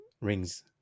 rings